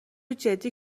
جدی